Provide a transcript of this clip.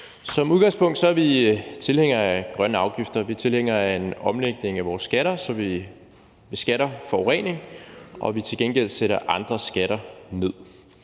Som udgangspunkt er vi tilhængere af grønne afgifter. Vi er tilhængere af en omlægning af vores skatter, så vi beskatter forurening, og at vi til gengæld sætter andre skatter ned,